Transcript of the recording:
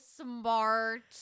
smart